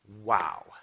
wow